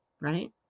right